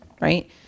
right